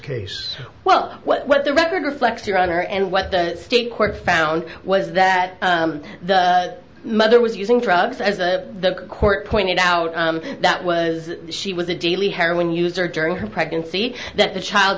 case well what the record reflects your honor and what the state court found was that the mother was using drugs as the court pointed out that was she was a daily heroin user during her pregnancy that the child